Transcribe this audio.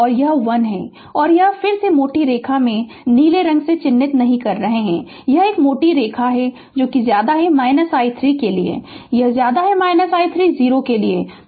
और यह 1 है और यह फिर से मोटी रेखा है मैं नीले रंग से चिह्नित नहीं कर रहा हूं यह एक मोटी रेखा है i 3 के लिए यह i 3 0 है